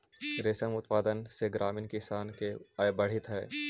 रेशम उत्पादन से ग्रामीण किसान के आय बढ़ित हइ